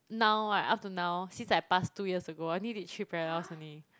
now right up till now since I passed two years ago I only did three parallels only